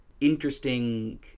interesting